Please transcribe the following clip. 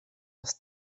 das